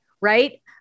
right